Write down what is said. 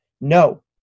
no